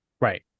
Right